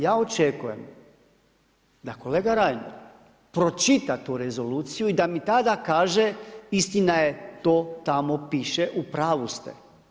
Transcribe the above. Ja očekujem da kolega Reiner pročita tu Rezoluciju i da mi tada kaže, istina je, to tamo piše, u pravu ste.